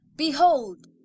Behold